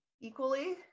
equally